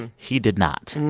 and he did not.